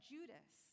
Judas